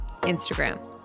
Instagram